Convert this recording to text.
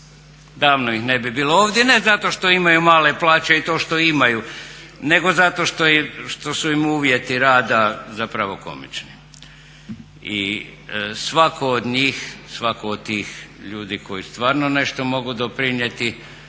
davno ne bi bilo ovdje, ne zato što imaju male plaće i to što imaju nego zato što su im uvjeti rada zapravo komični. I svatko od njih, svatko od tih ljudi koji stvarno mogu nešto doprinijeti